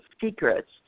secrets